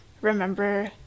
remember